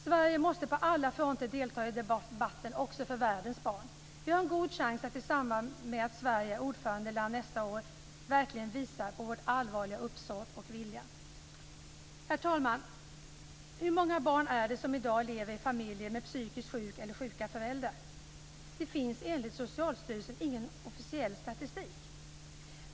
Sverige måste på alla fronter delta i debatten också för världens barn. Vi har en god chans att i samband med att Sverige är ordförandeland nästa år verkligen visa på vårt allvarliga uppsåt och vår vilja. Herr talman! Hur många barn är det som i dag lever i familjer med en psykiskt sjuk förälder eller psykiskt sjuka föräldrar? Det finns, enligt Socialstyrelsen, ingen officiell statistik.